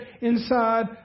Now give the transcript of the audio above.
inside